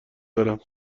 دارم